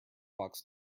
box